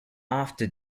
after